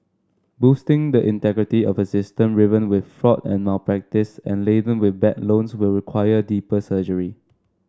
boosting the integrity of a system riven with fraud and malpractice and laden with bad loans will require deeper surgery